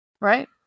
Right